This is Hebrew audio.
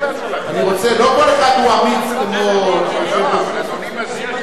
אדוני, לא כל אחד אמיץ כמו, אבל אדוני מזהיר,